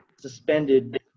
suspended